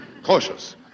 Cautious